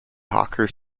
hawker